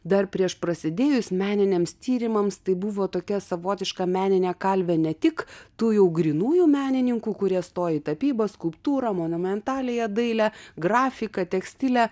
dar prieš prasidėjus meniniams tyrimams tai buvo tokia savotiška meninė kalvė ne tik tų jau grynųjų menininkų kurie stoja į tapybą skulptūrą monumentaliąją dailę grafiką tekstilę